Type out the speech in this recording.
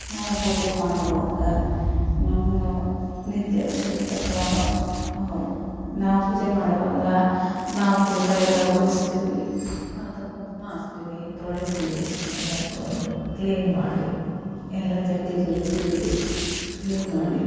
ನಾವು ಪೂಜೆ ಮಾಡುವಾಗ ನಮ್ಮ ನಿದ್ದೆ ನಾವು ಪೂಜೆ ಮಾಡುವಾಗ ನಾವು ಫೋಟೊ ಎಲ್ಲ ಒರೆಸ್ತೀವಿ ಮತ್ತು ಕುಂಕುಮ ಹಚ್ತೀವಿ ತೊಳಿತೀವಿ ಎಲ್ಲ ತೊಳೆದು ಕ್ಲೀನ್ ಮಾಡಿ ಎಲ್ಲ ಜಗ್ದಿ ಜಲ್ಲಿ ತೊಳೆದು ಕ್ಲೀನ್ ಮಾಡಿ